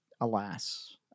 alas